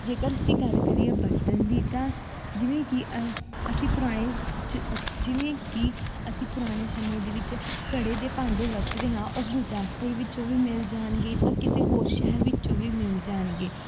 ਜੇਕਰ ਅਸੀਂ ਗੱਲ ਕਰੀਏ ਬਰਤਨ ਦੀ ਤਾਂ ਜਿਵੇਂ ਕਿ ਅ ਅਸੀਂ ਪੁਰਾਣੇ ਜ ਜਿਵੇਂ ਕਿ ਅਸੀਂ ਪੁਰਾਣੇ ਸਮੇਂ ਦੇ ਵਿੱਚ ਘੜੇ ਦੇ ਭਾਂਡੇ ਵਰਤਦੇ ਹਾਂ ਉਹ ਗੁਰਦਾਸਪੁਰ ਵਿੱਚੋਂ ਵੀ ਮਿਲ ਜਾਣਗੇ ਤਾਂ ਕਿਸੇ ਹੋਰ ਸ਼ਹਿਰ ਵਿੱਚੋਂ ਵੀ ਮਿਲ ਜਾਣਗੇ